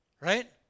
right